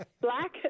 Black